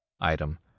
Item